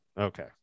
Okay